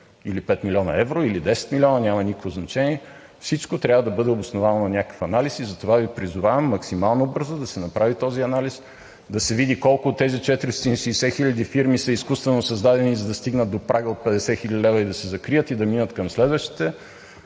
или 5 млн. евро, или 10 милиона – няма никакво значение, всичко трябва да бъде обосновано на някакъв анализ. Затова Ви призовавам максимално бързо да се направи този анализ, да се види колко от тези 460 хиляди фирми са изкуствено създадени, за да стигнат до прага от 50 хил. лв. и да се закрият, и да минат към следващите,